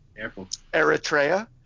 Eritrea